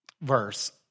verse